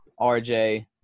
RJ